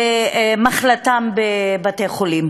במחלתם בבתי-חולים.